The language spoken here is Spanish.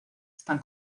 están